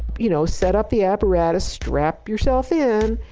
you know set up the apparatus, strap yourself in,